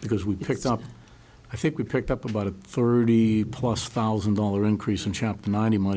because we picked up i think we picked up about a thirty plus thousand dollar increase in chapter ninety money